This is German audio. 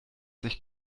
sich